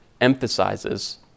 emphasizes